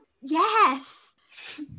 Yes